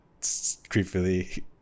Creepily